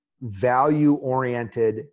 value-oriented